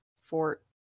fort